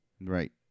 right